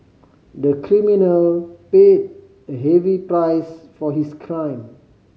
the criminal paid a heavy price for his crime